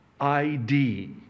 ID